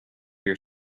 your